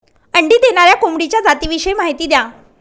अंडी देणाऱ्या कोंबडीच्या जातिविषयी माहिती द्या